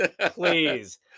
please